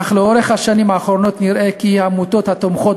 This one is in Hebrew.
אך לאורך השנים האחרונות נראה כי העמותות התומכות